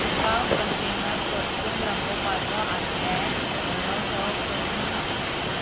तुका कंटेनर परतून रंगोवपाचो आसल्यार व्हडलोसो प्रस्न ना